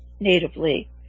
natively